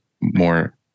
More